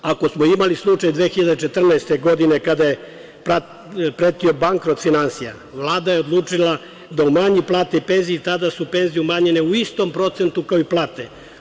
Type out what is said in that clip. Ako smo imali slučaj 2014. godine kada je pretio bankrot finansija, Vlada je odučila da umanji plate i penzije i tada su penzije umanjene u istom procentu kao i plate.